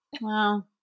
Wow